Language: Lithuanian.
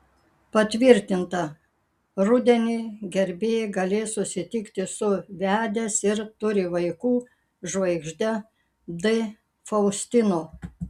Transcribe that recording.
patvirtinta rudenį gerbėjai galės susitikti su vedęs ir turi vaikų žvaigžde d faustino